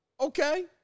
okay